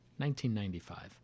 1995